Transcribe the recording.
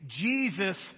Jesus